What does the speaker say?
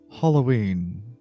Halloween